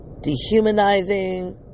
dehumanizing